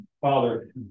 father